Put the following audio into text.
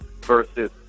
versus